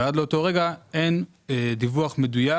ועד לאותו רגע אין דיווח מדויק